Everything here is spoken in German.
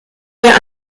der